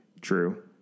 true